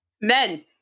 Men